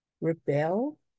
rebel